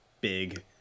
big